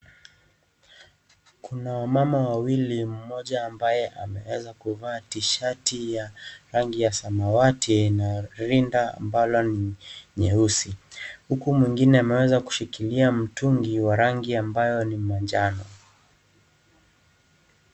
Kuna wamama wawili mmoja ambaye ameweza kuvaa tishati ya rangi ya samawati na rinda ambalo ni nyeusi. Huku mwingine ameweza kushikilia mtungi wa rangi ambayo ni manjano.